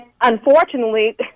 unfortunately